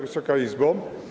Wysoka Izbo!